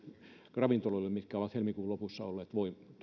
ravintoloille mitkä ovat helmikuun lopussa olleet